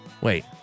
Wait